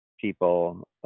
people